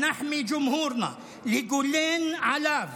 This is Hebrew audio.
(אומר בערבית: להגן על הקהל שלנו,) לגונן עליו,